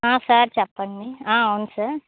ఆ సార్ చెప్పండి ఆ అవును సార్